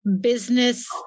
business